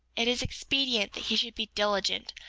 it is expedient that he should be diligent,